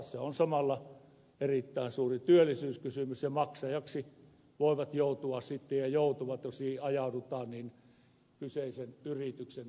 se on samalla erittäin suuri työllisyyskysymys ja maksajiksi voivat joutua ja joutuvat jos siihen ajaudutaan kyseisen yrityksen työntekijät